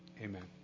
Amen